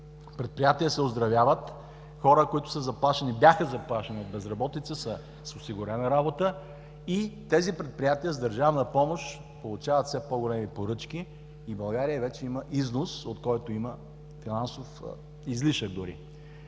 Предприятия се оздравяват, хора, които бяха заплашени от безработица, са с осигурена работа и тези предприятия с държавна помощ получават все по-големи поръчки и България вече има износ, от който има дори финансов излишък.